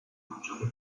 maggiori